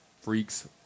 Freak's